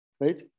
right